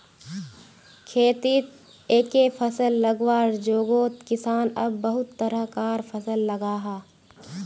खेतित एके फसल लगवार जोगोत किसान अब बहुत तरह कार फसल लगाहा